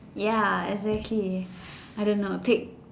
ya exactly I don't know take